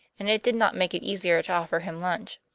and it did not make it easier to offer him lunch.